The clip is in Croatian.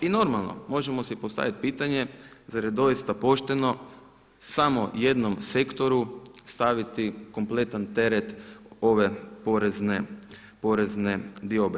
I normalno, možemo si postavit pitanje zar je doista pošteno samo jednom sektoru staviti kompletan teret ove porezne diobe.